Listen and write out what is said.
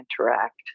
interact